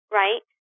right